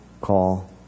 call